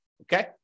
okay